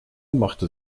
machte